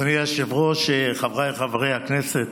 אדוני היושב-ראש, חבריי חברי הכנסת,